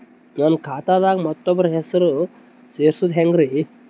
ನನ್ನ ಖಾತಾ ದಾಗ ಮತ್ತೋಬ್ರ ಹೆಸರು ಸೆರಸದು ಹೆಂಗ್ರಿ?